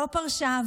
לא פרשה,